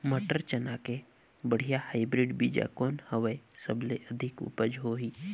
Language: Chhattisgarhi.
मटर, चना के बढ़िया हाईब्रिड बीजा कौन हवय? सबले अधिक उपज होही?